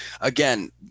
again